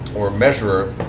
or measurer,